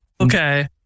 Okay